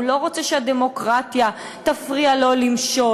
הוא לא רוצה שהדמוקרטיה תפריע לו למשול.